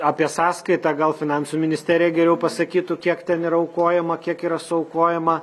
apie sąskaitą gal finansų ministerija geriau pasakytų kiek ten yra aukojama kiek yra suaukojama